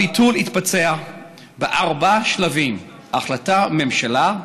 הביטול התבצע בארבעה שלבים: החלטת ממשלה,